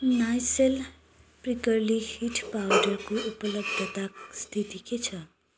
Nycil prickly heat पाउडरको उपलब्धता स्थिति के छ